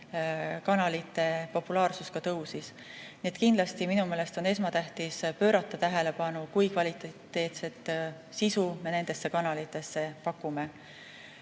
kanalite populaarsus tõusis. Nii et minu meelest on esmatähtis pöörata tähelepanu sellele, kui kvaliteetset sisu me nendes kanalites pakume.